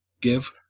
give